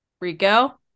Rico